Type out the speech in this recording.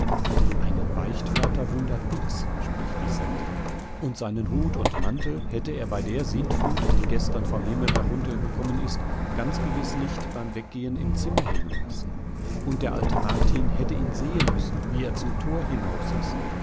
einen beichtvater wundert nix spricht die centa und seinen hut und mantel hätte er bei der sintflut die gestern vom himmel heruntergekommen ist ganz gewiß nicht beim weggehen im zimmer hängen lassen und der alte martin hätte ihn sehen müssen wie er zum tor hinaus ist